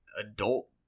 adult